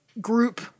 group